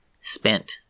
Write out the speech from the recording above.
spent